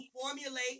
formulate